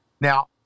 Now